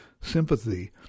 sympathy